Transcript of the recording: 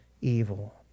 evil